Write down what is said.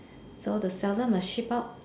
so the seller must ship out